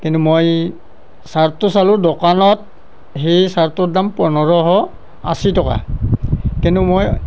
কিন্তু মই ছাৰ্টটো চালোঁ দোকানত সেই ছাৰ্টটোৰ দাম পোন্ধৰশ আশী টকা কিন্তু মই